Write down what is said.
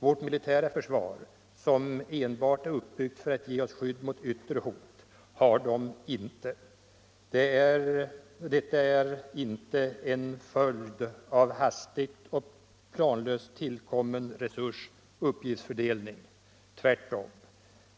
Vårt militära försvar, som enbart är uppbyggt för att ge oss skydd mot yttre hot, har dem inte. Detta är inte en följd av hastigt och planlöst tillkommen resursoch uppgiftsfördelning — tvärtom.